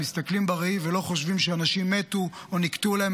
הם מסתכלים בראי ולא חושבים שאנשים מתו או נקטעו להם